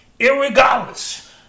irregardless